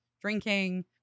drinking